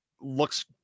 looks